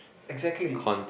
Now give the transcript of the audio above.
exactly